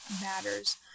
matters